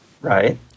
right